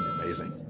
Amazing